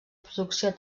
producció